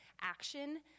action